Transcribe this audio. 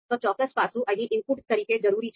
તે ચોક્કસ પાસું અહીં ઇનપુટ તરીકે જરૂરી છે